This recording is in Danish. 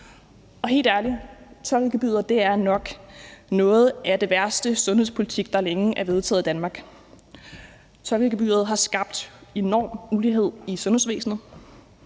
Og helt ærligt er tolkegebyret nok noget af den værste sundhedspolitik, der længe er vedtaget i Danmark. Tolkegebyret har skabt en enorm ulighed i sundhedsvæsenet.